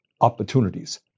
opportunities